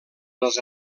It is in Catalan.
les